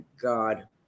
God